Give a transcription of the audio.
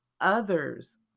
others